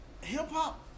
hip-hop